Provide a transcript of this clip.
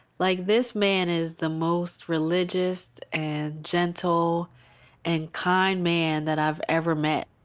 like this man is the most religious and gentle and kind man that i've ever met.